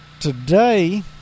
Today